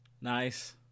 Nice